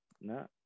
No